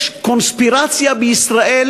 יש קונספירציה בישראל.